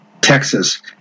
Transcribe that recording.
Texas